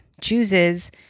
chooses